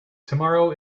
tomorrow